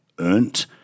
Earned